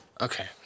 Okay